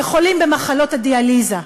וחולים במחלות דיאליזה.